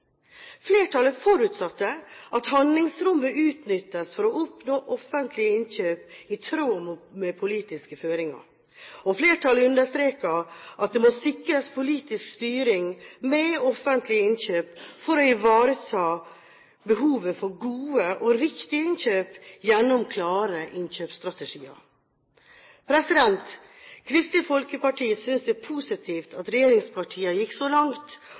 Flertallet forutsatte at handlingsrommet utnyttes for å oppnå offentlige innkjøp i tråd med politiske føringer. Flertallet understreket at det må sikres politisk styring med offentlige innkjøp for å ivareta behovet for gode og riktige innkjøp gjennom klare innkjøpsstrategier. Kristelig Folkeparti synes det er positivt at regjeringspartiene gikk så langt